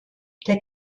der